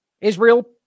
Israel